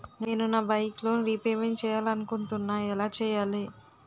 నేను నా bike loan repayment చేయాలనుకుంటున్నా ఎలా చేయాలి?